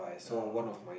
orh okay